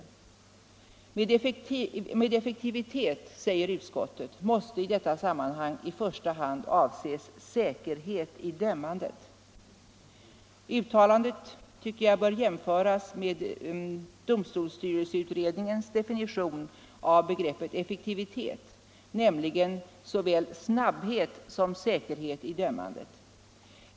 Med effektivitet måste i detta sammanhang i första hand avses säkerhet i dömandet.” Uttalandet bör, tycker jag, jämföras med domstolsstyrelseutredningens definition av begreppet effektivitet, nämligen såväl snabbhet som säkerhet i dömandet.